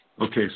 Okay